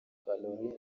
carolina